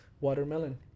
watermelon